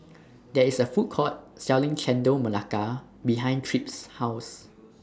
There IS A Food Court Selling Chendol Melaka behind Tripp's House